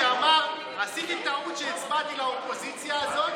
שאמר: עשיתי טעות שהצבעתי לאופוזיציה הזאת,